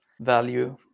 value